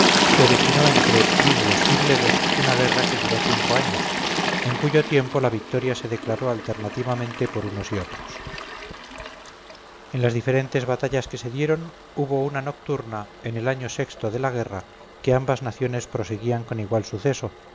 se originó entre lidios y bledos una guerra que duró cinco años en cuyo tiempo la victoria se declaró alternativamente por unos y otros en las diferentes batallas que se dieron hubo una nocturna en el año sexto de la guerra que ambas naciones proseguían con igual suceso